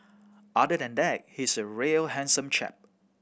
other than that he's a real handsome chap